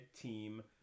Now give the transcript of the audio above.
team